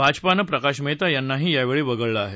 भाजपानं प्रकाश मेहता यांनाही यावेळी वगळलं आहे